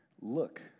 look